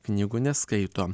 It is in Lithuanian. knygų neskaito